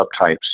subtypes